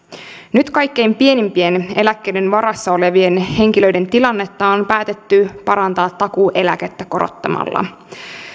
nyt kaikkein pienimpien eläkkeiden varassa olevien henkilöiden tilannetta on päätetty parantaa takuueläkettä korottamalla